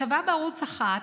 בעד.